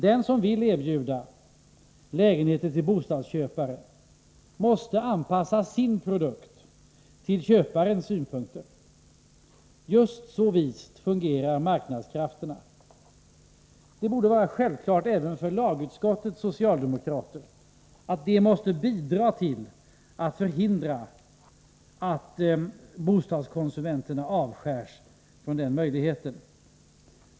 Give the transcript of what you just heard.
Den som vill erbjuda lägenheter till bostadsköpare måste anpassa sin produkt till köparens önskemål. Just så vist fungerar marknadskrafterna. Det borde vara självklart även för lagutskottets socialdemokrater att bidra till att förhindra att bostadskonsumenterna avskärs från den möjligheten.